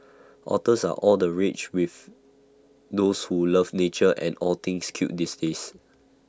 otters are all the rage with those who love nature and all things cute these days